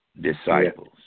disciples